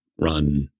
run